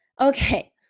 Okay